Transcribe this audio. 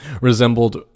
resembled